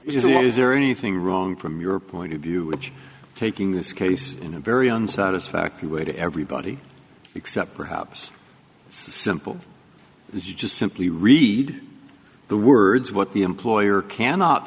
is there anything wrong from your point of view which taking this case in a very unsatisfactorily way to everybody except perhaps simple as just simply read the words what the employer cannot